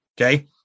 okay